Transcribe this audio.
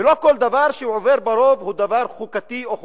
לא כל דבר שעובר ברוב הוא דבר חוקתי או חוקי.